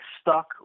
stuck